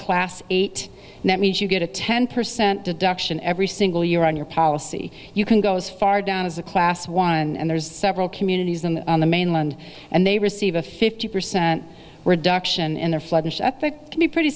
class eight net means you get a ten percent deduction every single year on your policy you can go as far down as a class one and there's several communities them on the mainland and they receive a fifty percent reduction in their flooding shut that can be pretty